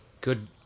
good